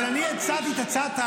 אבל אני הצעתי את ההצעה.